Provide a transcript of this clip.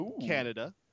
Canada